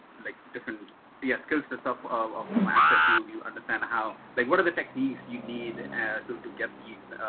like different yeah skill sets of of um assets, you will, you understand how like, what are the techniques you need to to get these,